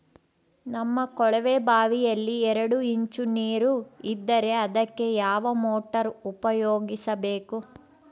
ನಮ್ಮ ಕೊಳವೆಬಾವಿಯಲ್ಲಿ ಎರಡು ಇಂಚು ನೇರು ಇದ್ದರೆ ಅದಕ್ಕೆ ಯಾವ ಮೋಟಾರ್ ಉಪಯೋಗಿಸಬೇಕು?